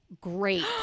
great